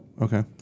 Okay